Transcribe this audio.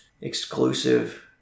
exclusive